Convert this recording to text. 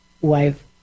wife